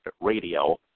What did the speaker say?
Radio